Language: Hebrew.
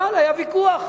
אבל היה ויכוח.